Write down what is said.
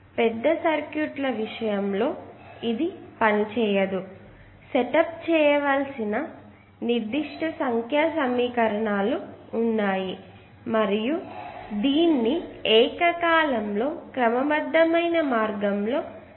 కానీ పెద్ద సర్క్యూట్ల విషయంలో ఇది పనిచేయదు సెటప్ చేయవలసిన నిర్దిష్ట సంఖ్యా సమీకరణాలు ఉన్నాయి మరియు మనం దీన్ని ఏక కాలంలో క్రమబద్ధమైన మార్గములో చేయాలి